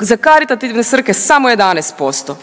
Za karitativne svrhe samo 11%.